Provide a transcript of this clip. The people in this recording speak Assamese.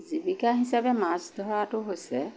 জীৱিকা হিচাপে মাছ ধৰাটো হৈছে